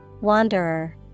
Wanderer